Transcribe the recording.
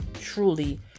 truly